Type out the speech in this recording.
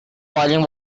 boiling